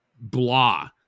blah